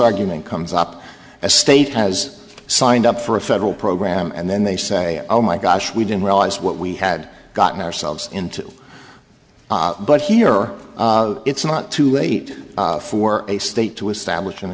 argument comes up a state has signed up for a federal program and then they say oh my gosh we didn't realize what we had gotten ourselves into but here it's not too late for a state to establish an